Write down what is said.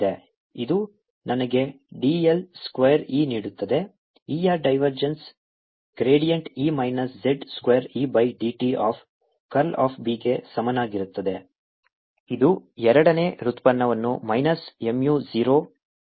ಇದು ನನಗೆ del square E ನೀಡುತ್ತದೆ E ಯ ಡೈವರ್ಜೆನ್ಸಿಯ gradient E minus z square E by dt ಫ್ ಕರ್ಲ್ ಆಫ್ B ಗೆ ಸಮನಾಗಿರುತ್ತದೆ ಇದು ಎರಡನೇ ವ್ಯುತ್ಪನ್ನ minus mu 0 Epsilon 0 d 2 E by dt square ಆಗಿದೆ